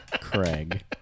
Craig